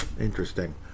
Interesting